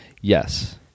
Yes